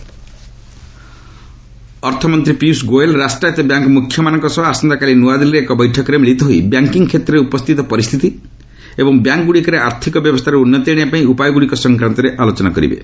finance minister ଅର୍ଥମନ୍ତ୍ରୀ ପିୟିଷ ଗୋଏଲ୍ ରାଷ୍ଟ୍ରାୟତ bank ମୁଖ୍ୟମାନଙ୍କ ସହ ଆସନ୍ତାକାଲି ନୁଆଦିଲ୍ଲୀରେ ଏକ ବୈଠକରେ ମିଳିତ ହୋଇ ବ୍ୟାଙ୍କିଙ୍ଗ୍ କ୍ଷେତ୍ରରେ ଉପସ୍ଥିତ ପରିସ୍ଥିତି ଏବଂ ବ୍ୟାଙ୍କ୍ଗୁଡ଼ିକରେ ଆର୍ଥିକ ଅବସ୍ଥାରେ ଉନ୍ନତି ଆଣିବା ପାଇଁ ଉପାୟଗୁଡ଼ିକ ସଂକ୍ରାନ୍ତରେ ଆଲୋଚନା କରିବେ